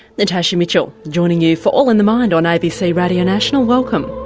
natasha mitchell joining you for all in the mind on abc radio national welcome.